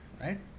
right